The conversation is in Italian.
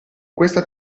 questa